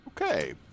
Okay